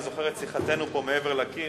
אני זוכר את שיחתנו פה מעבר לקיר